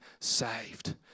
saved